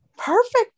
Perfect